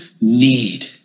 need